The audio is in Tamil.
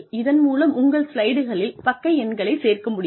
இதன் மூலம் உங்கள் ஸ்லைடுகளில் பக்க எண்களை சேர்க்க முடியும்